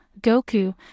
Goku